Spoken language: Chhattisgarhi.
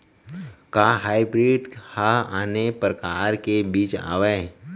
का हाइब्रिड हा आने परकार के बीज आवय?